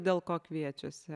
dėl ko kviečiasi